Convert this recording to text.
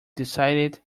decided